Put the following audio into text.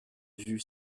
vue